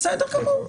בסדר גמור.